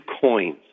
coins